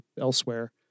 elsewhere